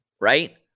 Right